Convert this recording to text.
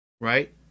right